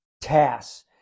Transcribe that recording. tasks